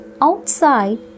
Outside